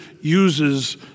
uses